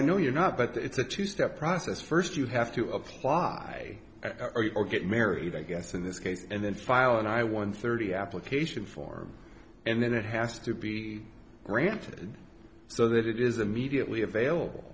i know you're not but it's a two step process first you have to apply or get married i guess in this case and then file and i won thirty application form and then it has to be granted so that it is a mediately available